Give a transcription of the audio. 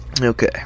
Okay